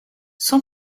cent